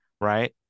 right